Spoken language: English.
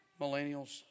millennials